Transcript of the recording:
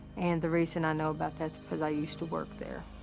and the reason i know about that's because i used to work there.